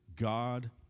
God